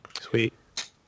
Sweet